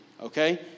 Okay